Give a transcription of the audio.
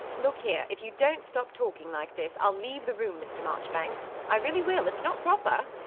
look here if you don't stop talking like this, i'll leave the room, mr. marchbanks i really will. it's not proper.